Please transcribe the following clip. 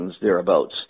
thereabouts